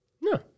No